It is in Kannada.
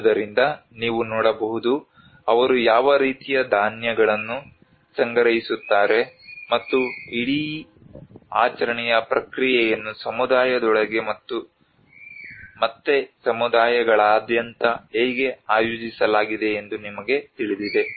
ಆದುದರಿಂದ ನೀವು ನೋಡಬಹುದು ಅವರು ಯಾವ ರೀತಿಯ ಧಾನ್ಯಗಳನ್ನು ಸಂಗ್ರಹಿಸುತ್ತಾರೆ ಮತ್ತು ಇಡೀ ಆಚರಣೆಯ ಪ್ರಕ್ರಿಯೆಯನ್ನು ಸಮುದಾಯದೊಳಗೆ ಮತ್ತು ಮತ್ತೆ ಸಮುದಾಯಗಳಾದ್ಯಂತ ಹೇಗೆ ಆಯೋಜಿಸಲಾಗಿದೆ ಎಂದು ನಿಮಗೆ ತಿಳಿದಿದೆ